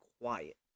quiet